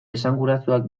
esanguratsuak